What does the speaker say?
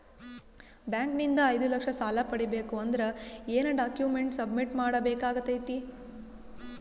Bank ನಿಂದ ಐದು ಲಕ್ಷ ಸಾಲ ಪಡಿಬೇಕು ಅಂದ್ರ ಏನ ಡಾಕ್ಯುಮೆಂಟ್ ಸಬ್ಮಿಟ್ ಮಾಡ ಬೇಕಾಗತೈತಿ?